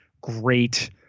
great